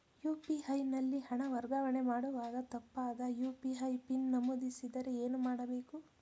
UPI ನಲ್ಲಿ ಹಣ ವರ್ಗಾವಣೆ ಮಾಡುವಾಗ ತಪ್ಪಾದ ಯು.ಪಿ.ಐ ಪಿನ್ ನಮೂದಿಸಿದರೆ ಏನು ಮಾಡಬೇಕು?